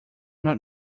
not